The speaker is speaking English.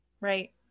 Right